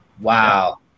Wow